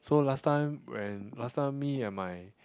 so last time when last time me and my